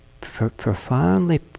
profoundly